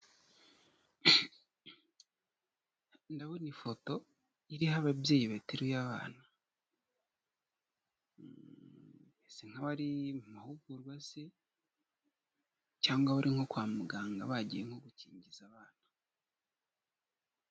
Ndabona ifoto iriho ababyeyi bateruye abana bisa nk'abari ari mu mahugurwa se cyangwa bari nko kwa muganga bagiye nko gukingiza abana.